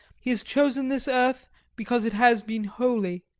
he has chosen this earth because it has been holy.